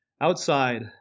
outside